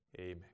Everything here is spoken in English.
Amen